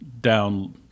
down